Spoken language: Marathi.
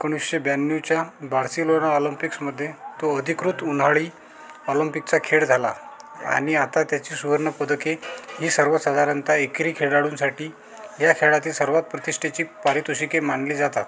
एकोणीसशे ब्याण्णवच्या बार्सिलोना ऑलिम्पिक्समध्ये तो अधिकृत उन्हाळी ऑलिम्पिकचा खेळ झाला आणि आता त्याची सुवर्णपदके ही सर्वसाधारणतः एकेरी खेळाडूंसाठी या खेळातील सर्वात प्रतिष्ठेची पारितोषिके मानली जातात